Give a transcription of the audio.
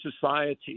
society